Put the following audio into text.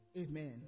Amen